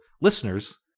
listeners